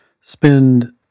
spend